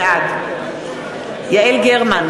בעד יעל גרמן,